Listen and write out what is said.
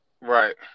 right